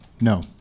no